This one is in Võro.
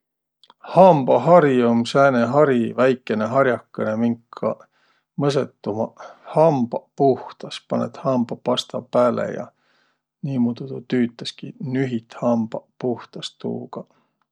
Hambahari um sääne hari, väikene har'akõnõ, minka mõsõt umaq hambaq puhtas. Panõt hambapasta pääle ja niimuudu tuu tüütäski. Nühit hambaq puhtas tuugaq.